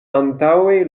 antaŭe